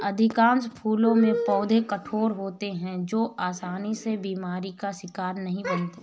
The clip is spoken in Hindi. अधिकांश फूलों के पौधे कठोर होते हैं जो आसानी से बीमारी का शिकार नहीं बनते